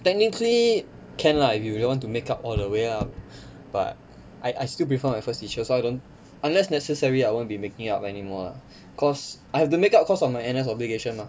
technically can lah if you don't want to make up all the way lah but I I still prefer my first teacher so I don't unless necessary I won't be making up anymore lah cause I have to make up cause of my N_S obligation mah